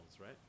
right